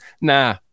Nah